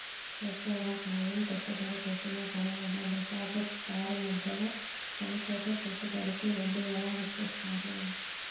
ఎక్కువగా కాలం పెట్టుబడి పెట్టిన తర్వాత డిపాజిట్లు దారు మధ్యలో చనిపోతే పెట్టుబడికి వడ్డీ ఎలా లెక్కిస్తారు?